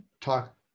talk